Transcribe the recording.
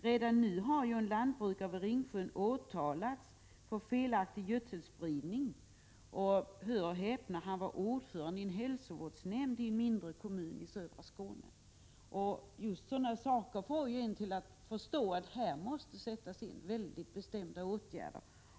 Redan nu har en lantbrukare vid Ringsjön åtalats för felaktig gödselspridning — hör och häpna: han var ordförande i hälsovårdsnämnden i en mindre kommun i södra Skåne! Sådana saker får en att förstå att här måste sättas in bestämda åtgärder.